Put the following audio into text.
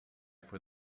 for